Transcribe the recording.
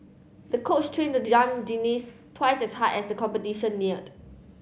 the coach trained the young twice as hard as the competition neared